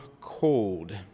cold